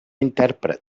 intèrpret